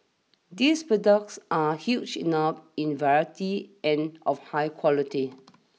these products are huge enough in variety and of high quality